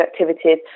activities